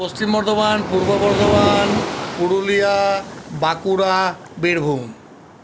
Paschim Bardhaman Purba Bardhaman Purulia Bankura Birbhum